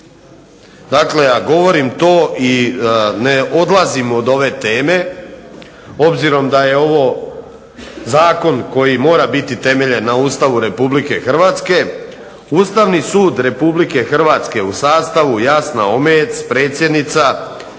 dakle ja govorim i ne odlazim od ove teme, obzirom da je ovo zakon koji mora biti temeljen na Ustavu RH, Ustavni sud RH u sastavu Jasna Omejec, predsjednica,